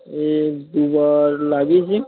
এই দুবার লাগিয়েছি